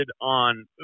on